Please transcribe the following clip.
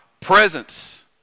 presence